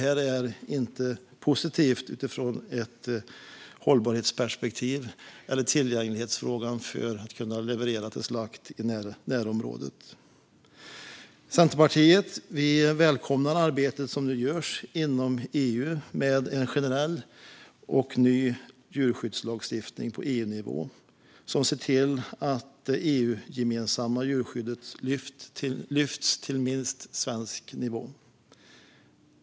Detta är inte positivt utifrån ett hållbarhetsperspektiv eller tillgänglighetsperspektiv för att kunna leverera till slakt i närområdet. Centerpartiet välkomnar det arbete som nu görs inom EU med en generell och ny djurskyddslagstiftning på EU-nivå som ska se till att det EU-gemensamma djurskyddet lyfts till minst svensk nivå.